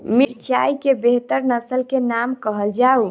मिर्चाई केँ बेहतर नस्ल केँ नाम कहल जाउ?